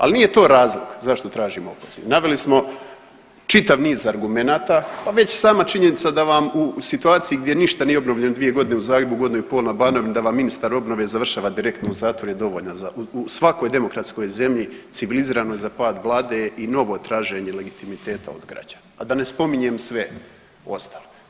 Ali nije to razlog zašto tražimo opoziv, naveli smo čitav niz argumenata, pa već činjenica da vam u situaciji gdje ništa nije obnovljeno dvije godine u Zagrebu, godinu i pol na Banovini da vam ministar obnove završava direktno u zatvoru je dovoljno u svakoj demokratskoj zemlji, civiliziranoj za pad vlade i novo traženje legitimiteta od građana, a da ne spominjem sve ostalo.